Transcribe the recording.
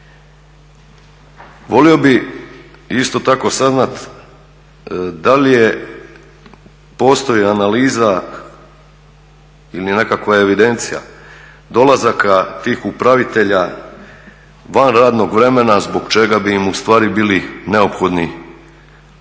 Volio bi isto tako saznat da li je postoji analiza ili nekakva evidencija dolazaka tih upravitelja van radnog vremena zbog čega bi im ustvari bili neophodni ti